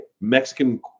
Mexican